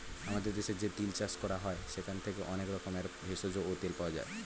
আমাদের দেশে যে তিল চাষ হয় সেখান থেকে অনেক রকমের ভেষজ ও তেল পাওয়া যায়